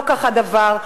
לא כך הדבר.